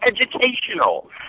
educational